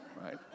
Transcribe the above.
right